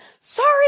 Sorry